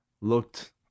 looked